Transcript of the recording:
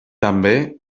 també